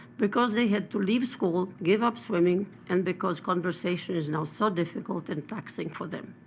because they had to leave school, give up swimming, and because conversation is now so difficult and taxing for them.